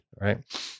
Right